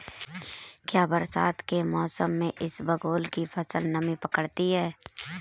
क्या बरसात के मौसम में इसबगोल की फसल नमी पकड़ती है?